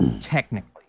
technically